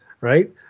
right